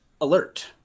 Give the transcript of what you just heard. Alert